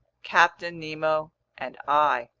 captain nemo and i.